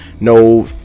no